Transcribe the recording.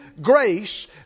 grace